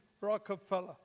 Rockefeller